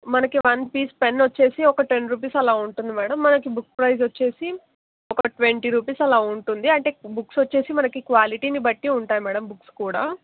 మనకి one piece pen వచ్చి ఒక టెన్ రూపీస్ అలా ఉంటుంది మ్యాడమ్ మనకికు బుక్స్ ప్రైజ్ వచ్చి ఒక ట్వంటీ రూపీస్ అలా ఉంటుంది అంటే బుక్స్ వచ్చి మనకు క్వాలిటిని బట్టి ఉంటాయి మ్యాడమ్ బుక్స్ కూడా